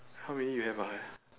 how many you have ah ya